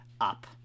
Up